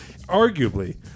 arguably